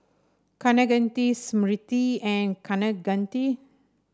Kaneganti Smriti and Kaneganti